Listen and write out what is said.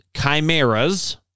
chimeras